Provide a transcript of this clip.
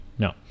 No